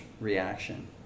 reaction